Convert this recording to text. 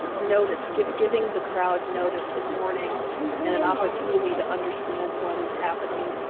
notice, giving giving the crowd notice and warning and an opportunity to understand what is happening,